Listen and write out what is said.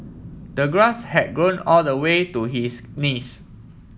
the grass had grown all the way to his knees